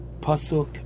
pasuk